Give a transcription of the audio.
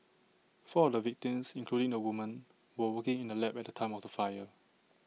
four of the victims including the woman were working in the lab at the time of the fire